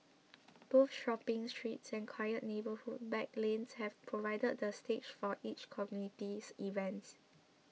both shopping strips and quiet neighbourhood back lanes have provided the stage for such communities events